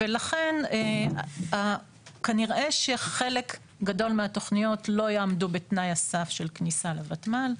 לכן כנראה שחלק גדול מהתוכניות לא יעמדו בתנאי הסף של כניסה לוותמ"ל,